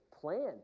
plan